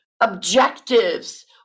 objectives